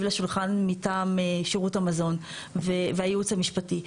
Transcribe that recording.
לשולחן מטעם שירות המזון והייעוץ המשפטי.